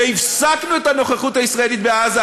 והפסקנו את הנוכחות הישראלית בעזה?